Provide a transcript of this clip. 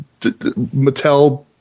Mattel